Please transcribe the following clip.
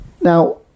Now